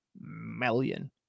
million